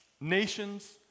nations